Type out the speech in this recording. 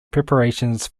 preparations